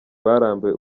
barambiwe